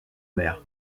mer